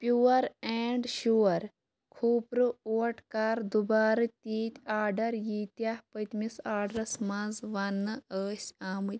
پیٛوٗوَر اینٛڈ شوٗوَر کھوٗپرٕ اوٹ کَر دُبارٕ تیٖتۍ آرڈر ییٖتیٚاہ پٔتۍمِس آرڈَس مَنٛز وننہٕ ٲسۍ آمٕتۍ